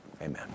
amen